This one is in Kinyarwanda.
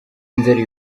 nzeli